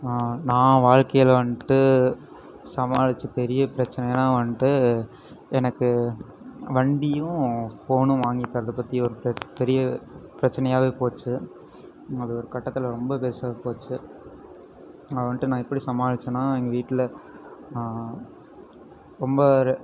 நான் வாழ்க்கையில் வந்துட்டு சமாளித்த பெரிய பிரச்சினைனா வந்துட்டு எனக்கு வண்டியும் ஃபோனும் வாங்கி தரதை பற்றி பிர பெரிய பிரச்சினையாவே போச்சு அது ஒரு கட்டத்தில் ரொம்ப பெரிசா போச்சு அதை வந்துட்டு நான் எப்படி சமாளித்தேன்னா எங்கள் வீட்டில் ரொம்ப